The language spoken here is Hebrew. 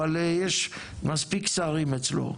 אבל יש מספיק שרים אצלו,